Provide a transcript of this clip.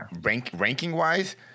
ranking-wise